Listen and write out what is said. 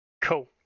Cool